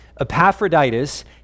Epaphroditus